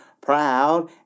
proud